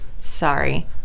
Sorry